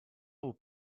would